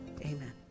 amen